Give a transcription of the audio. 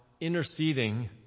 interceding